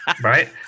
Right